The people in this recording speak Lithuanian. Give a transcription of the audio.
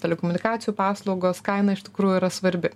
telekomunikacijų paslaugos kaina iš tikrųjų yra svarbi